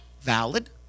Valid